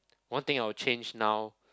one thing I will change now